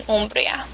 Umbria